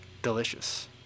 delicious